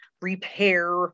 repair